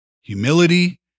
humility